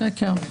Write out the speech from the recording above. שקר.